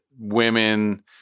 women